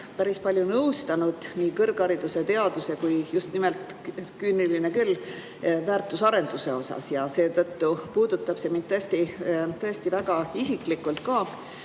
päris palju nõustanud nii kõrghariduse, teaduse kui ka just nimelt, küüniline küll, väärtusarenduse osas ja seetõttu puudutab see mind tõesti väga isiklikult ka.